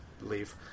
leave